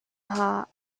heart